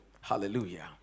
hallelujah